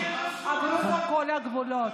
נפרצו כל הגבולות.